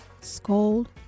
scold